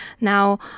Now